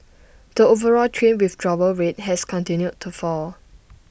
the overall train withdrawal rate has continued to fall